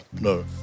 no